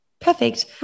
Perfect